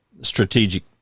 strategic